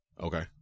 Okay